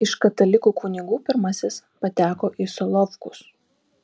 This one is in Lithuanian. iš katalikų kunigų pirmasis pateko į solovkus